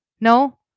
No